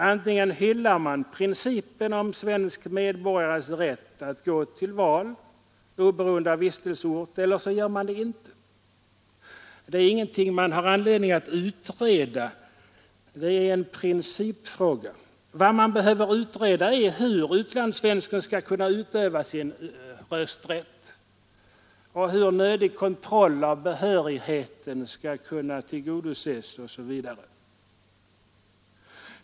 Antingen hyllar man principen om svensk medborgares rätt att gå till val oberoende av vistelseort eller också gör man det inte. Det är ingenting man har anledning att utreda. Det är en principfråga. Vad man behöver utreda är hur utlandssvensken skall kunna utöva sin rösträtt, hur nödig kontroll av behörigheten skall kunna tillgodoses osv.